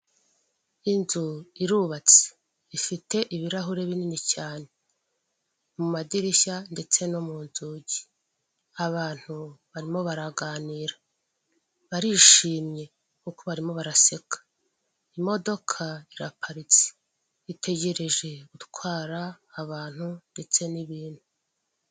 Umugore w'inzobe wambaye amadarubindi ufite imisatsi miremire yumukara wambaye amaherena wambaye ikoti ry'umukara n'agapira imbere wambaye ipantaro y'umukara n'ikayi iriho mumabara y'ubururu ndetse yicaye ku ntebe yumweru imbere yiwe hateretse indangurura majwi y'umukara.